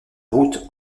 route